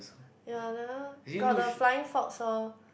ya the one got the flying fox oh